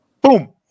Boom